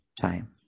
time